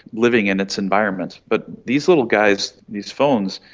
living in its environment. but these little guys, these phones,